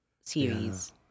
series